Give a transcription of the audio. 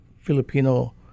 Filipino